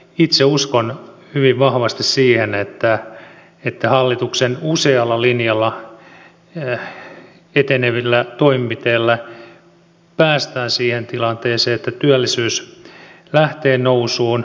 itse uskon hyvin vahvasti siihen että hallituksen usealla linjalla etenevillä toimenpiteillä päästään siihen tilanteeseen että työllisyys lähtee nousuun